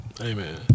Amen